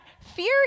fear